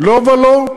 לא ולא.